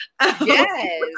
Yes